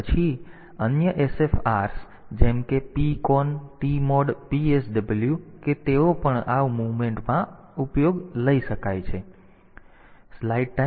પછી અન્ય SFRs જેમ કે PCON TMOD PSW કે તેઓ પણ આ મુવમેન્ટ માટે ઉપયોગમાં લઈ શકાય છે